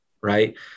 right